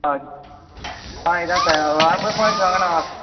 okay ஆ இதுதான் sir வரும்போது ஃபோன் அடிச்சுட்டு வாங்க நான்